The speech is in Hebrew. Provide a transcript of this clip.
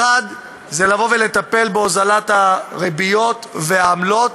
טיפול בהוזלת הריביות והעמלות,